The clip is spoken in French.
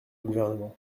gouvernement